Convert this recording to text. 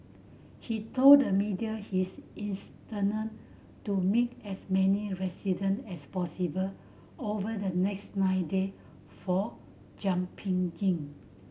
he told the media his to meet as many resident as possible over the next nine day for jumping in